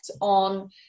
on